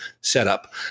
setup